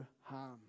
harm